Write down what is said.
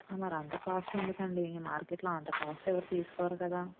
మరంత cost ఎందుకండీ మార్కెట్లో అంత కాస్ట్ ఎవరు తీసుకోరు కదా